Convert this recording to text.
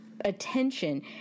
attention